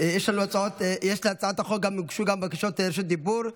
להצעת החוק הוגשו גם בקשות רשות דיבור,